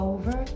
Over